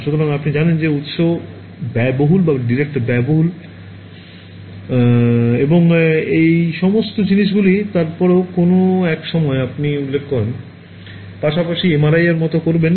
সুতরাং আপনি জানেন যে উত্স ব্যয়বহুল বা ডিটেক্টর ব্যয়বহুল এবং এই সমস্ত জিনিসগুলি তারপরে কোনও এক সময় আপনি সময় উল্লেখ করুন 0949 পাশাপাশি এমআরআই এর মতো করবেন